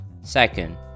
Second